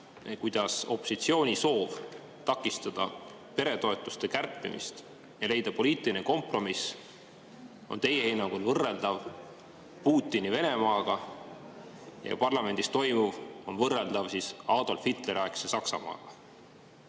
kuidas opositsiooni soov takistada peretoetuste kärpimist ja leida poliitiline kompromiss on teie hinnangul võrreldav Putini Venemaaga ja parlamendis toimuv on võrreldav Adolf Hitleri aegse Saksamaaga.